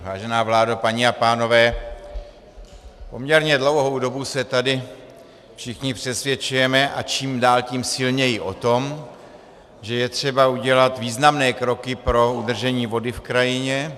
Vážená vládo, paní a pánové, poměrně dlouhou dobu se tady všichni přesvědčujeme, a čím dál tím silněji, o tom, že je třeba udělat významné kroky pro udržení vody v krajině.